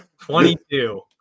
22